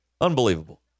Unbelievable